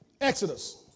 Exodus